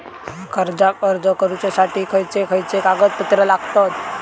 कर्जाक अर्ज करुच्यासाठी खयचे खयचे कागदपत्र लागतत